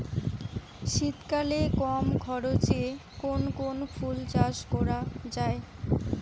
শীতকালে কম খরচে কোন কোন ফুল চাষ করা য়ায়?